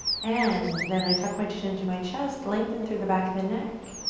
and then i took my chin into my chest, lengthen through the back of the neck